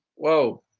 whoa,